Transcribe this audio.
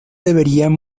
deberían